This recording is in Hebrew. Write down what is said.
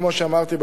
כפי שאמרתי,